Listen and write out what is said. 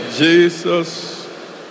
Jesus